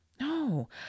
no